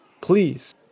please